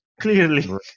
Clearly